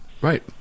Right